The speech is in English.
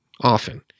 often